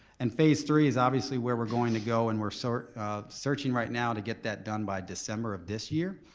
and phase three is obviously where we're going to go and we're sort of searching right now to get that done by december of this year.